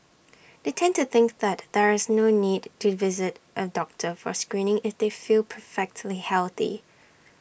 they tend to think that there is no need to visit A doctor for screening if they feel perfectly healthy